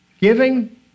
giving